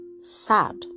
sad